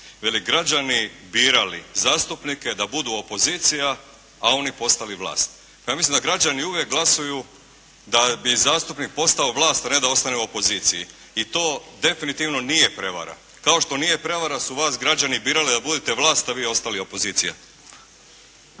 "Građani birali zastupnike da budu opozicija, a oni postali vlast". Pa ja mislim da građani uvijek glasuju da bi zastupnik postao vlast, a ne da ostane u opoziciji i to definitivno nije prevara, kao što nije prevara da su vas građani birali da budete vlast, a vi ostali opozicija.